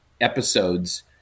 episodes